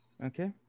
Okay